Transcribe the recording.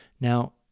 Now